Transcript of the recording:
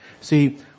See